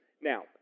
now